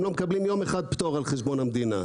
הם לא מקבלים יום אחד פטור על חשבון המדינה,